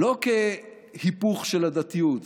לא כהיפוך של הדתיות,